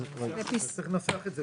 צריך לנסח את זה.